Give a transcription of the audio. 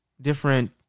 different